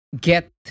get